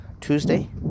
Tuesday